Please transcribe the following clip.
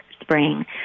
spring